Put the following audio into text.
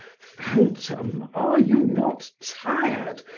fantom! are you not tired?